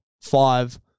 five